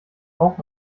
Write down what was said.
auch